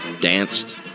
danced